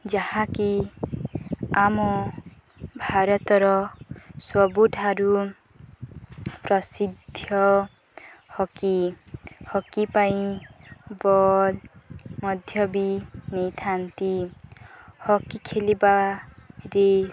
ଯାହାକି ଆମ ଭାରତର ସବୁଠାରୁ ପ୍ରସିଦ୍ଧ ହକି ହକି ପାଇଁ ବଲ୍ ମଧ୍ୟ ବି ନେଇଥାନ୍ତି ହକି ଖେଲିବାରେ